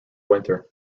winter